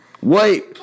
Wait